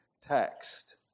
text